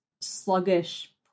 sluggish